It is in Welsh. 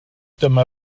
dyma